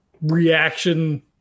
reaction